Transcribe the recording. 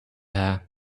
her